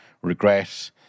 Regret